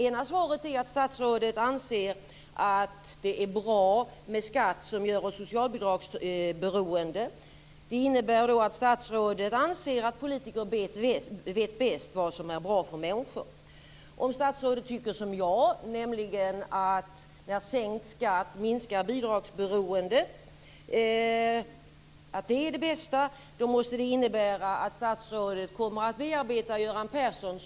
Ett svar är att statsrådet anser att det är bra med skatt som gör oss socialbidragsberoende. Det innebär då att statsrådet anser att politiker vet bäst vad som är bra för människor. Om statsrådet däremot tycker som jag, nämligen att sänkt skatt som minskar bidragsberoendet är det bästa, måste det innebära att statsrådet kommer att bearbeta Göran Persson.